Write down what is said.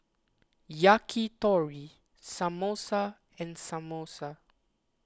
Yakitori Samosa and Samosa